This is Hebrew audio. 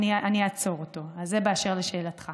לפני זה אני אתייחס לדבריו